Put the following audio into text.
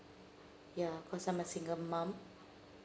yeah cause I'm a single mom